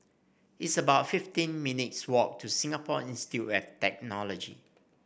it's about fifteen minutes' walk to Singapore Institute of Technology